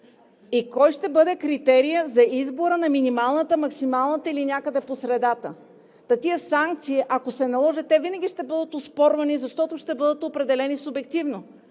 и кой ще бъде критерият за избора на минималната, максималната или някъде по средата? Та тези санкции, ако се наложат, винаги ще бъдат оспорвани, защото ще бъдат определени субективно.